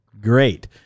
great